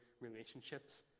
relationships